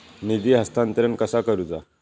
निधी हस्तांतरण कसा करुचा?